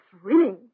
thrilling